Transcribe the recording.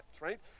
Right